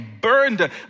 burned